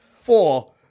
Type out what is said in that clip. Four